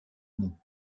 monts